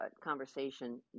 conversation